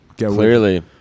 Clearly